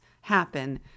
happen